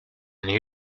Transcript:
new